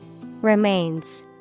Remains